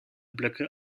blöcke